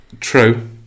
True